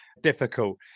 difficult